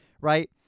right